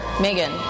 Megan